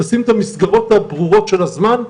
מצמצמים ומעדכנים.